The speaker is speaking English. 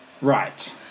Right